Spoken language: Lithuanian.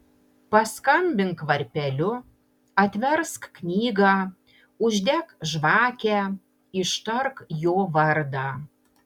paskambink varpeliu atversk knygą uždek žvakę ištark jo vardą